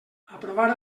aprovar